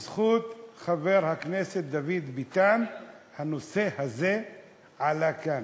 בזכות חבר הכנסת דוד ביטן הנושא הזה עלה כאן.